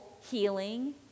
healing